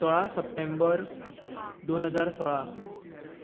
सोळा सप्टेंबर दोन हजार सोळा